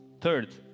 Third